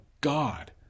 God